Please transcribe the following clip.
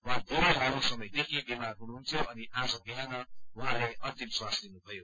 उहाँ धेरै लामो समयदेखि बिमार हुनुहुन्थ्यो अनि आज बिहान उहाँले अन्तिम स्वास लिनुभयो